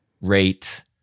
rate